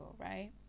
right